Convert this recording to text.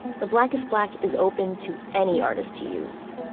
the blackest black is open to any artist to use,